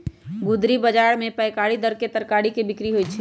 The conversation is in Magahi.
गुदरी बजार में पैकारी दर पर तरकारी के बिक्रि होइ छइ